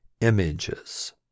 images